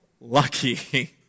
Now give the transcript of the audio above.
lucky